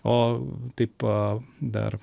o taip dar